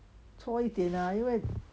搓一点 lah 因为